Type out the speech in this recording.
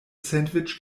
sandwich